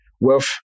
Wealth